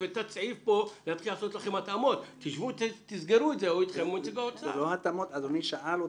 זאת אומרת, שלא על כל